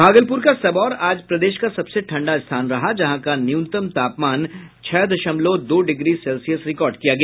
भागलपुर का सबौर आज प्रदेश का सबसे ठंडा स्थान रहा जहां का न्यूनतम तापमान छह दशमलव दो डिग्री सेल्सियस रिकॉर्ड किया गया